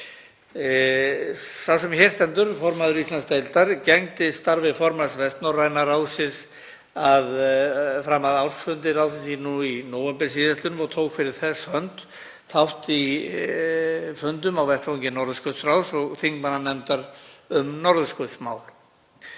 Sá sem hér stendur, formaður Íslandsdeildar, gegndi starfi formanns Vestnorræna ráðsins fram að ársfundi ráðsins í nóvember og tók fyrir þess hönd þátt í fundum á vettvangi Norðurskautsráðs og þingmannanefndar um norðurskautsmál.